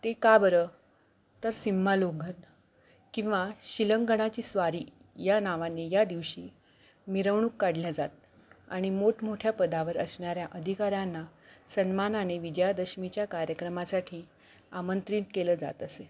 ते का बरं तर सीमोल्लंघन किंवा शिलांगणाची स्वारी या नावाने या दिवशी मिरवणूक काढल्या जात आणि मोठमोठ्या पदावर असणाऱ्या अधिकारांना सन्मानाने विजयादशमीच्या कार्यक्रमासाठी आमंत्रित केलं जात असे